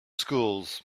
schools